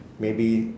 maybe